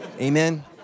amen